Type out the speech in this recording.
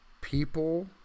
People